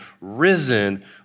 risen